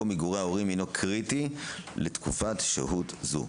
מגורי ההורים הינו קריטי לתקופת שהות זו.